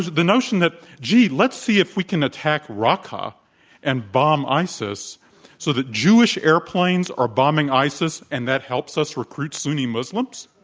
the notion that gee, let's see if we can attack ah and bomb isis so that jewish airplanes are bombing isis and that helps us recruit sunni muslims?